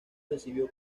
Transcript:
recibió